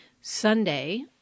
Sunday